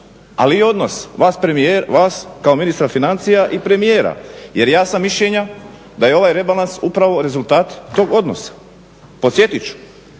Ali i odnos vas kao ministra financija i premijera jer ja sam mišljenja da je ovaj rebalans upravo rezultat tog odnosa. Podsjetit